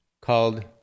called